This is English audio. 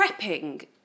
prepping